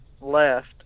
left